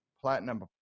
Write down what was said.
Platinum